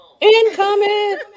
incoming